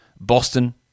Boston